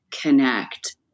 connect